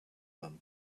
them